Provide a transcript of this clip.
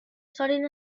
sudden